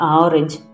orange